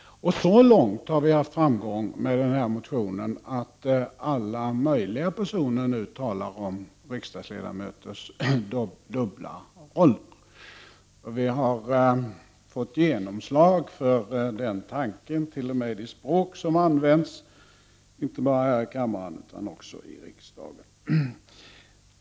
Så långt har vi haft framgång, att alla möjliga personer nu talar om riksdagsledamöternas dubbla roll. Vi har fått genomslag för den tanken -— ja, t.o.m. för det språk som används inte bara här i kammaren utan i hela riksdagen.